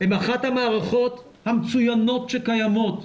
הם אחת המערכות המצוינות שקיימות.